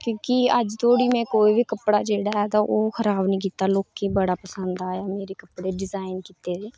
क्योंकि अज्ज तोड़ी में कोई बी कपड़ा ऐ निं ओह् खराब निं कीता कुसै दा लोकें गी बड़ा पसंद आया मेरे कपड़े डिजाईन कीते दे